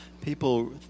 People